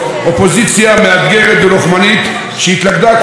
שהתלכדה כולה כדי לנסות ולהוות אלטרנטיבה לשלטון.